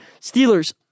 Steelers